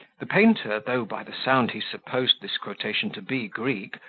the painter, though by the sound he supposed this quotation to be greek,